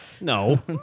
No